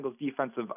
defensive